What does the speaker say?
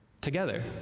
together